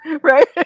right